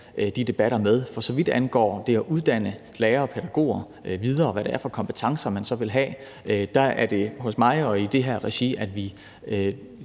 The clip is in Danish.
de debatter med. For så vidt angår det at uddanne lærere og pædagoger videre, og hvad det er for kompetencer, man så vil have, er det hos mig og i det her regi, vi